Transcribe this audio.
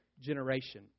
generation